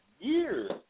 years